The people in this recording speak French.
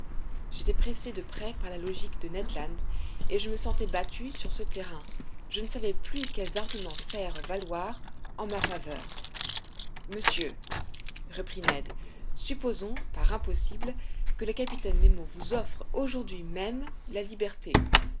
j'étais pressé de près par la logique de ned land et je me sentais battu sur ce terrain je ne savais plus quels arguments faire valoir en ma faveur monsieur reprit ned supposons par impossible que le capitaine nemo vous offre aujourd'hui même la liberté